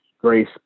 Grace